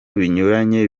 binyuranye